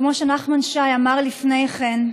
כמו שנחמן שי אמר לפני כן,